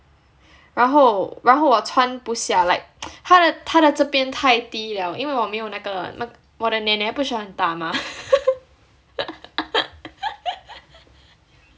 然后然后我穿不下 like 他的他的这边太低了因为我没有那个我的 neh neh 不是很大吗